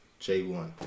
j1